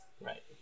Right